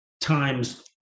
times